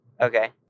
Okay